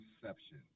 perception